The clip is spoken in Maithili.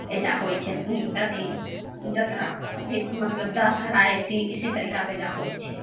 एहिजाँ होइ छै अथी जतरा दी मतलब दशहरा अएसे मतलब इसी तरीकासे एहिजाँ होइ छै